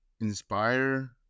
inspire